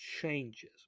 changes